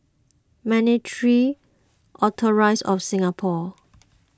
Monetary Authorize of Singapore